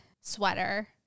sweater